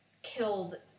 killed